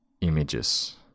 images